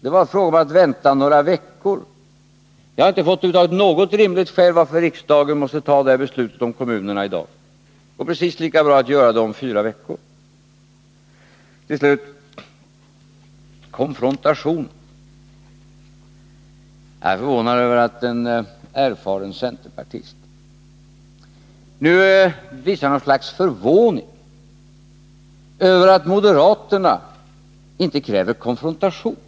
Det var fråga om att vänta några veckor. Jag har över huvud taget inte fått något rimligt skäl till att riksdagen måste ta det här beslutet om kommunerna i dag. Det går precis lika bra att göra det om fyra veckor. Till slut: konfrontation. Jag är förvånad över att en erfaren centerpartist nu visar något slags förvåning över att moderaterna inte kräver konfrontation.